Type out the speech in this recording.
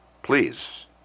please